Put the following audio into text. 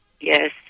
Yes